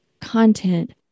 content